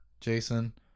Jason